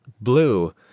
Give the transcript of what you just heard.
blue